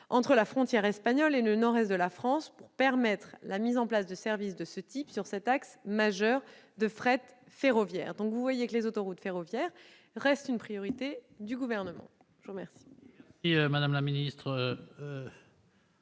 entre la frontière espagnole et le nord-est de la France, pour permettre la mise en place de services de ce type sur cet axe majeur de fret ferroviaire. Vous le voyez, monsieur le sénateur, les autoroutes ferroviaires restent une priorité du gouvernement. La parole